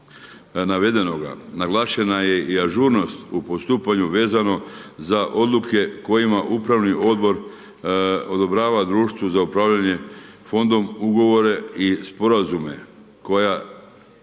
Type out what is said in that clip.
navedenoga, naglašena je i ažurnost u postupanju vezano za odluke kojima upravni odbor odobrava društvu za upravljanje fondom ugovore i sporazume koje